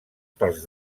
pels